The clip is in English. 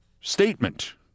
statement